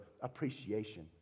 appreciation